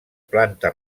planta